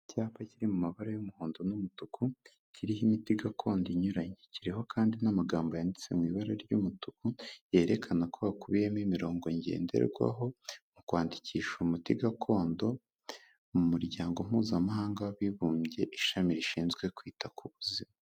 Icyapa kiri mu mabara y'umuhondo n'umutuku, kiriho imiti gakondo inyuranye, kiriho kandi n'amagambo yanditse mu ibara ry'umutuku, yerekana ko hakubiyemo imirongo ngenderwaho mu kwandikisha umuti gakondo mu muryango Mpumahanga w'abibumbye ishami rishinzwe kwita ku buzima.